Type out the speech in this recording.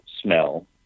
smell